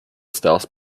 stealth